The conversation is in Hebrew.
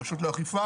ברשות לאכיפה,